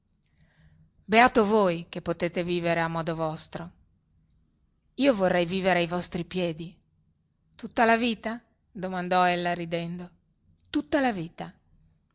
beato voi che potete vivere a modo vostro io vorrei vivere ai vostri piedi tutta la vita domandò ella ridendo tutta la vita